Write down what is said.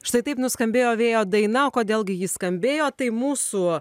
štai taip nuskambėjo vėjo daina o kodėl gi ji skambėjo tai mūsų